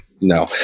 no